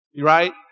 Right